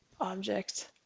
object